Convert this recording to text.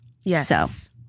Yes